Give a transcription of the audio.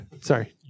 sorry